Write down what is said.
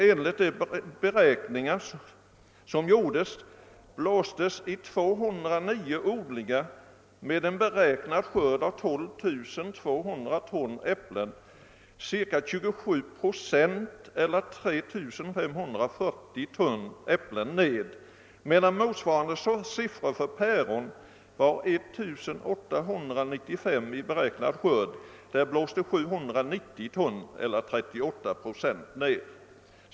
Enligt de beräkningar som gjorts blåste i 209 odlingar med en beräknad skörd av 12210 ton äpplen 27 procent eller 3 540 ton äpplen ner, medan motsvarande siffror för päron var 1895 ton i beräknad skörd — där blåste 790 ton eller 38 procent ned.